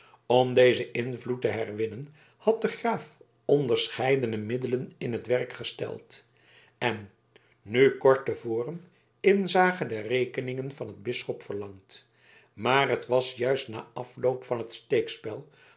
om dezen invloed te herwinnen had de graaf onderscheidene middelen in het werk gesteld en nu kort te voren inzage der rekeningen van het bisdom verlangd maar het was juist na den afloop van het